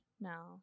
No